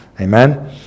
Amen